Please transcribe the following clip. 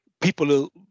people